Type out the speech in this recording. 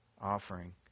offering